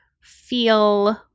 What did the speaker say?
feel